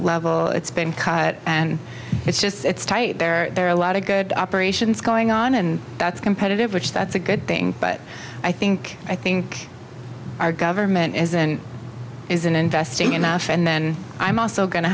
level it's been cut and it's just it's tight there are a lot of good operations going on and that's competitive which that's a good thing but i think i think our government is in investing enough and then i'm also going to